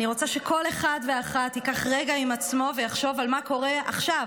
אני רוצה שכל אחד ואחת ייקח רגע עם עצמו ויחשוב מה קורה עכשיו,